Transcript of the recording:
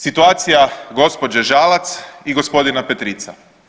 Situacija gospođe Žalac i gospodina Petrica.